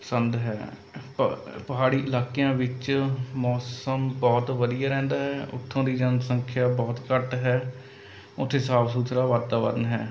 ਪਸੰਦ ਹੈ ਪ ਪਹਾੜੀ ਇਲਾਕਿਆਂ ਵਿੱਚ ਮੌਸਮ ਬਹੁਤ ਵਧੀਆ ਰਹਿੰਦਾ ਹੈ ਉੱਥੋਂ ਦੀ ਜਨਸੰਖਿਆ ਬਹੁਤ ਘੱਟ ਹੈ ਉੱਥੇ ਸਾਫ ਸੁਥਰਾ ਵਾਤਾਵਰਨ ਹੈ